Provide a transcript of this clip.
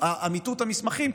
אמיתות המסמכים,